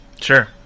Sure